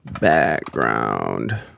background